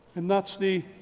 and that's the